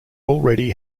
already